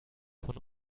von